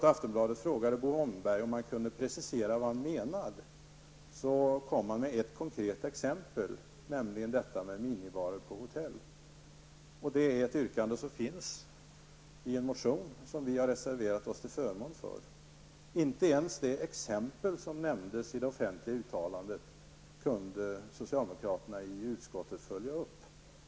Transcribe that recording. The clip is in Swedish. Aftonbladet frågade Bo Holmberg om han kunde precisera vad han menade, kom han med ett konkret exempel, nämligen detta med minibarer på hotell. Det är ett yrkande som finns i en motion som vi har reserverat oss till förmån för. Inte ens det exempel som nämndes i det offentliga uttalandet kunde socialdemokraterna i utskottet följa upp.